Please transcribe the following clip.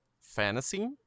fantasy